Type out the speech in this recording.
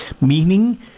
Meaning